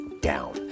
down